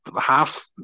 half